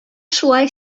шулай